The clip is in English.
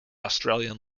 australian